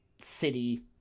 city